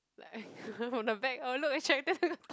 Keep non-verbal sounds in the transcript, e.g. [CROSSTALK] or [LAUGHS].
like [LAUGHS] from the back I look attractive [LAUGHS]